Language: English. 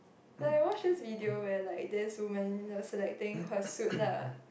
but I watched a video where like that's women also like think her suit lah